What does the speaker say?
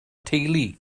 teulu